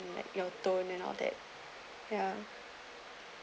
and like your tone and all that ya